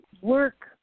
Work